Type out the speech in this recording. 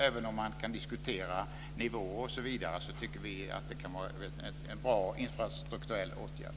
Även om man kan diskutera nivå osv. tycker vi att det kan vara en bra infrastrukturell åtgärd.